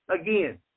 again